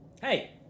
Hey